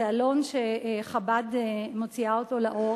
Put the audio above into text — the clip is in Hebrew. זה עלון שחב"ד מוציאה אותו לאור,